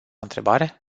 întrebare